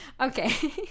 Okay